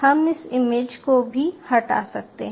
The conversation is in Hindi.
हम इस इमेज को भी हटा सकते हैं